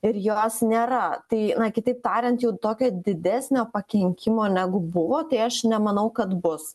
ir jos nėra tai na kitaip tariant jau tokio didesnio pakenkimo negu buvo tai aš nemanau kad bus